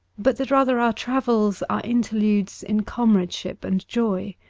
but that rather our travels are interludes in comradeship and joy,